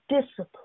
discipline